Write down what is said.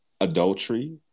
adultery